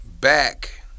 back